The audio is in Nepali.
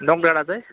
नोकडाँडा चाहिँ